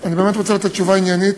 אני באמת רוצה לתת תשובה עניינית,